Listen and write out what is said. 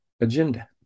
agenda